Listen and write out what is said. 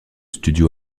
studios